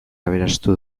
aberastu